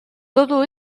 todo